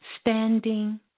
standing